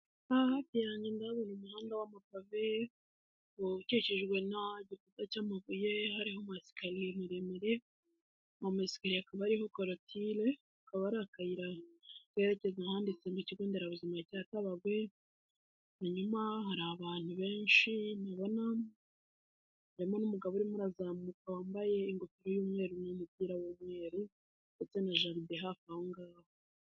Urukuta rwubakishije amabuye ndetse n'ingazi zizamuka zijya ku kigonderabuzima cya Tabagwe .